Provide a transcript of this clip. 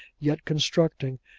yet constructing,